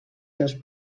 seus